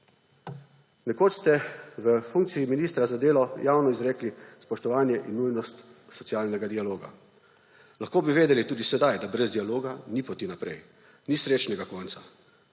Nekoč ste v funkciji ministra za delo javno izrekli spoštovanje in nujnost socialnega dialoga. Lahko bi vedeli tudi sedaj, da brez dialoga ni poti naprej, ni srečnega konca,